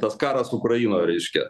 tas karas ukrainoj reiškia